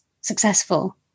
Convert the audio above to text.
successful